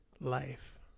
life